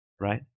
right